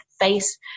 face